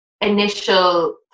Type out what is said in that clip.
initial